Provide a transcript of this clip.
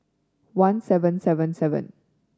one seven seven seven